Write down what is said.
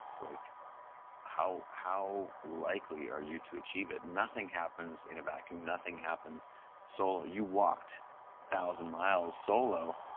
like how how likely are you to achieve it? nothing happens in a vacuum, nothing happens solo. you walked thousand miles solo,